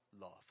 love